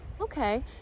Okay